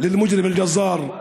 לפושע הקצב.)